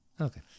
Okay